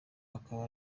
akaba